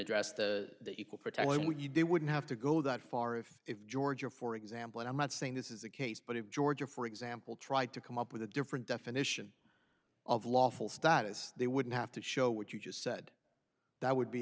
address the equal protection when you do wouldn't have to go that far if georgia for example and i'm not saying this is the case but it georgia for example tried to come up with a different definition of lawful status they wouldn't have to show what you just said that would be